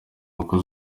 umukozi